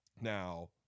Now